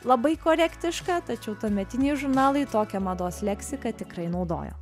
labai korektiška tačiau tuometiniai žurnalai tokią mados leksiką tikrai naudojo